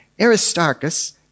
Aristarchus